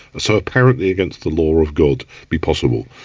so apparently against the law of god be possible?